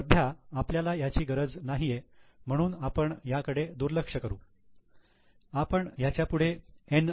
सध्या आपल्याला याची गरज नाहीये म्हणून आपण याकडे दुर्लक्ष करू आपण ह्याच्यापुढे एन्